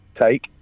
Take